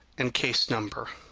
and case number.